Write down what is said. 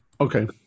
Okay